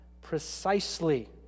precisely